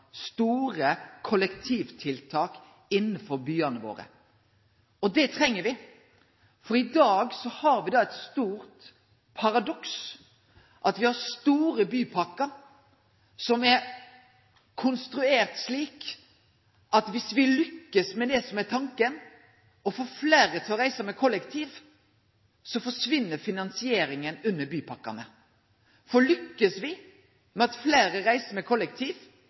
store kollektivtiltak innafor byane våre. Det treng me, for i dag har me eit stort paradoks, nemleg at me har store bypakkar som er konstruerte slik at viss me lukkast med det som er tanken, og får fleire til å reise kollektivt, forsvinn finansieringa under bypakkane. Lukkast me ved at fleire reiser